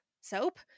soap